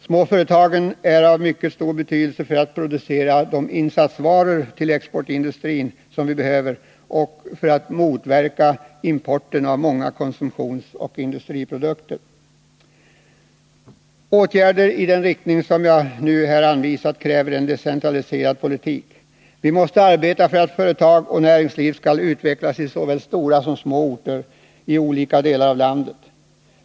Småföretagen är av mycket stor betydelse för produktionen av insatsvaror till exportindustrin och motverkar importen av många konsumtionsoch industriprodukter. Åtgärder i den riktning som jag här har anvisat kräver en decentraliserad politik. Vi måste arbeta för att företag och näringsliv skall utvecklas i såväl stora som små orter i olika delar av landet.